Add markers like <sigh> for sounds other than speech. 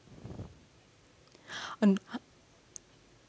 <breath> and <breath>